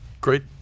great